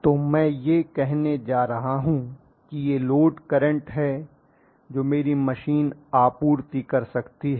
तो मैं यह कहने जा रहा हूं कि यह लोड करंट है जो मेरी मशीन आपूर्ति कर सकती है